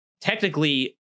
technically